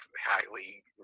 highly